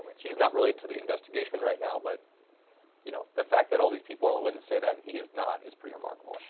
he's not related to the investigation right now, but you know the fact that all these people are willing to say that and he is not is pretty remarkable.